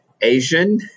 asian